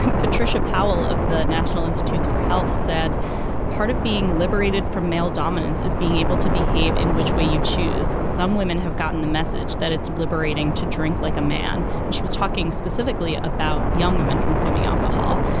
um patricia powell of the national institutes for health said part of being liberated from male dominance is being able to behave in which way you choose. some women have gotten the message that it's liberating to drink like a man, and she was talking specifically about young women consuming alcohol.